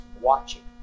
watching